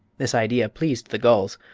this idea pleased the gulls.